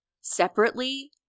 separately